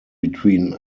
between